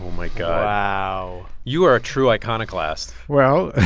my god wow you are a true iconoclast well,